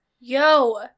Yo